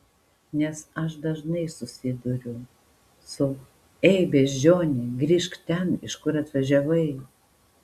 nes aš dažnai susiduriu su ei beždžione grįžk ten iš kur atvažiavai